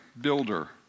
builder